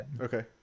Okay